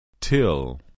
Till